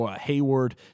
Hayward